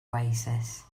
oasis